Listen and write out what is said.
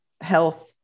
health